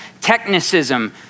technicism